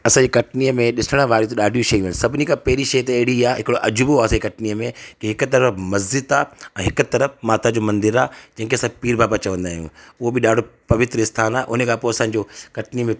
असां ई कटनीअ में ॾिसण वारियूं त ॾाढियूं शयूं अहिनि सभिनी खां पहरीं शइ अहिड़ो आहे हिक अजूबो आहे असां ई कटनीअ में कि हिक तरफ मस्जिद आहे हिक तरफ माता जो मंदिर जंहिंखें असां पीर बाबा चवंदा आहिंयूं हूअ बि ॾाढो पवित्र स्थान आहे उन खां पोइ असांजो कटनी में